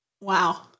Wow